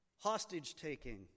hostage-taking